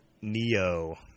Neo